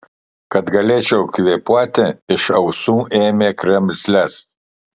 kad galėčiau kvėpuoti iš ausų ėmė kremzles